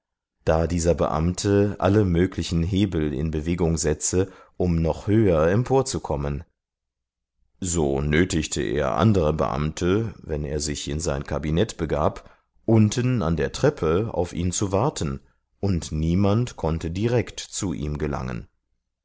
da dieser beamte alle möglichen hebel in bewegung setze um noch höher emporzukommen so nötigte er andere beamte wenn er sich in sein kabinett begab unten an der treppe auf ihn zu warten und niemand konnte direkt zu ihm gelangen